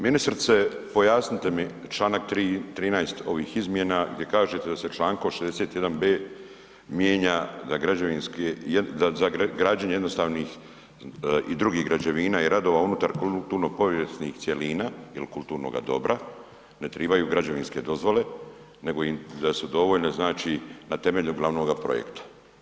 Ministrice, pojasnite mi čl. 13. ovih izmjena gdje kažete da se čl. 61 b. mijenja za građevinske, za građenje jednostavnih i drugih građevina i radova unutar kulturno povijesnih cjelina il kulturnoga dobra ne tribaju građevinske dozvole nego da su im dovoljne znači na temelju glavnoga projekta.